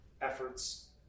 efforts